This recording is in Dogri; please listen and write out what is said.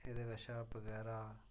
एह्दे कशा बगैरा